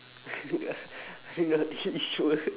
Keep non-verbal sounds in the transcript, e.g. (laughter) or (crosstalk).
(laughs) I'm not really sure (laughs)